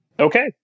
Okay